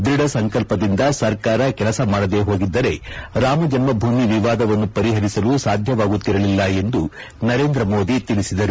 ದೃಢ ಸಂಕಲ್ಪದಿಂದ ಸರ್ಕಾರ ಕೆಲಸ ಮಾಡದೇ ಹೋಗಿದ್ದರೆ ರಾಮ ಜನ್ಮಭೂಮಿ ವಿವಾದವನ್ನು ಪರಿಹರಿಸಲು ಸಾಧ್ಯವಾಗುತ್ತಿರಲಿಲ್ಲ ಎಂದು ನರೇಂದ್ರ ಮೋದಿ ತಿಳಿಸಿದರು